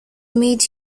meet